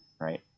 right